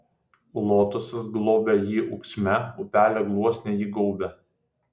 lotosas globia jį ūksme upelio gluosniai jį gaubia